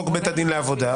חוק בית הדין לעבודה,